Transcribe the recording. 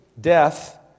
death